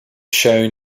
shown